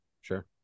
Sure